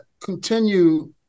continue